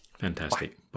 Fantastic